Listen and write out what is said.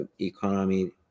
economy